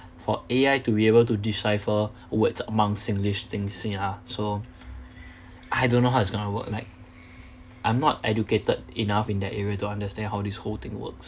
for A_I to be able to decipher words amongst singlish things ya so I don't know how it's gonna work like I'm not educated enough in that area to understand how this whole thing works